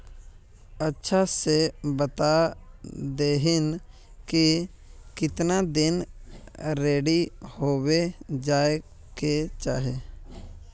अच्छा से बता देतहिन की कीतना दिन रेडी होबे जाय के चही?